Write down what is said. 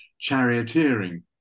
charioteering